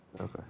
Okay